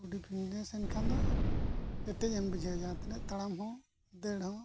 ᱵᱚᱰᱤ fitness ᱮᱱᱠᱷᱟᱱ ᱫᱚ ᱠᱮᱴᱮᱡ ᱮᱢ ᱵᱩᱡᱷᱟᱹᱣᱟ ᱡᱟᱦᱟᱸ ᱛᱤᱱᱟᱹᱜ ᱛᱟᱲᱟᱢ ᱦᱚᱸ ᱫᱟᱹᱲ ᱦᱚᱸ